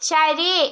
ശരി